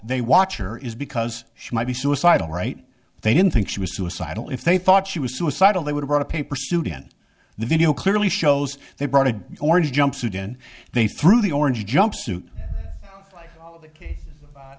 they watch her is because she might be suicidal right they didn't think she was suicidal if they thought she was suicidal they would write a paper suit in the video clearly shows they brought a orange jumpsuit in they through the orange jumpsuit